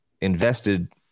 invested